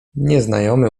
nieznajomy